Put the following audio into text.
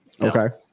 Okay